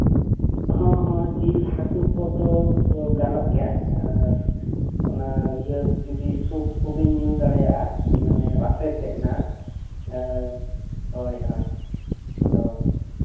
ᱦᱚᱸ ᱦᱚᱸ ᱡᱤᱞ ᱦᱟᱹᱠᱩ ᱠᱚᱫᱚ ᱜᱟᱱᱚᱜ ᱜᱮᱭᱟ ᱟᱨ ᱚᱱᱟ ᱤᱭᱟᱹ ᱡᱩᱫᱤ ᱥᱩᱯ ᱠᱚᱵᱤᱱ ᱧᱩ ᱫᱟᱲᱮᱭᱟᱜᱼᱟ ᱢᱟᱱᱮ ᱨᱟᱥᱮ ᱛᱮᱜ ᱱᱟᱦᱟᱸᱜ ᱦᱳᱭ ᱦᱳᱭ ᱟᱫᱚ